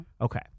Okay